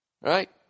right